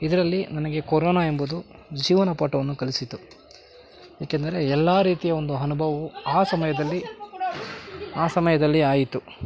ಇದರಲ್ಲಿ ನನಗೆ ಕೊರೊನಾ ಎಂಬುದು ಜೀವನ ಪಾಠವನ್ನು ಕಲಿಸಿತು ಏಕೆಂದರೆ ಎಲ್ಲಾ ರೀತಿಯ ಒಂದು ಅನುಭವವು ಆ ಸಮಯದಲ್ಲಿ ಆ ಸಮಯದಲ್ಲಿ ಆಯಿತು